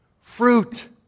Fruit